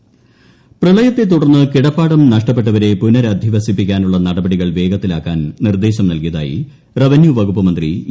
ചന്ദ്രശേഖരൻ പ്രളയത്തെ തുടർന്ന് കിടപ്പാടം നഷ്ടപ്പെട്ടവരെ പുനരധിവസിപ്പിക്കാനുള്ള നടപടികൾ വേഗത്തിലാക്കാൻ നിർദ്ദേശം നൽകിയതായി റവന്യൂ വകുപ്പ് മന്ത്രി ഇ